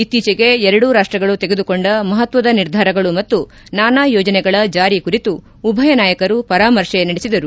ಇತ್ತೀಚೆಗೆ ಎರಡೂ ರಾಷ್ಟಗಳು ತೆಗೆದು ಕೊಂಡ ಮಹತ್ವದ ನಿರ್ಧಾರಗಳು ಮತ್ತು ನಾನಾ ಯೋಜನೆಗಳ ಜಾರಿ ಕುರಿತು ಉಭಯ ನಾಯಕರು ಪರಾಮರ್ಶೆ ನಡೆಸಿದರು